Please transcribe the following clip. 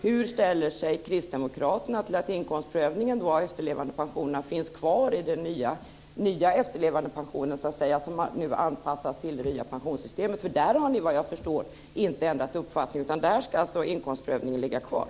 Hur ställer sig kristdemokraterna till att inkomstprövningen av efterlevandepensionerna finns kvar i den nya efterlevandepensionen, som nu har anpassats till det nya pensionssystemet? I den frågan har ni, vad jag förstår, inte ändrat uppfattning, utan inkomstprövningen ska ligga kvar.